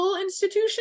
institution